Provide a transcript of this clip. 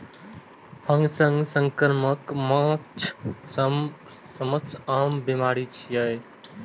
fungus संक्रमण माछक सबसं आम बीमारी छियै